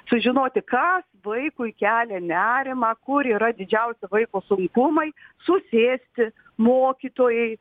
sužinoti kas vaikui kelia nerimą kur yra didžiausi vaiko sunkumai susėsti mokytojai